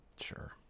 Sure